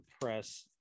press